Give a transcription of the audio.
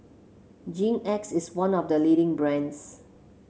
Hygin X is one of the leading brands